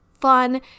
fun